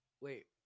Wait